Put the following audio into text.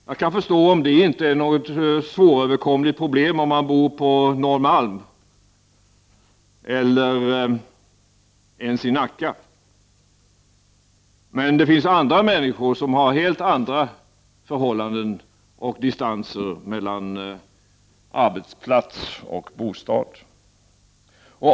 Jag kan förstå om det inte är något svåröverkomligt problem om man bor på Norrmalm eller i Nacka, men det finns människor som har helt andra förhållanden och distanser mellan arbetsplats och bostad.